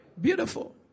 Beautiful